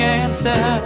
answer